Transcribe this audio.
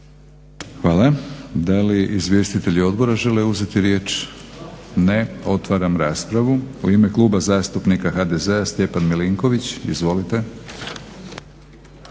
Hvala. Da li izvjestitelji odbora žele uzeti riječ? Ne. Otvaram raspravu. U ime Kluba zastupnika HDZ-a Stjepan Milinković. Izvolite.